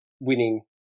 winning